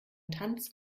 tanz